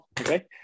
Okay